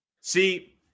See